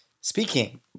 Speaking